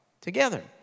together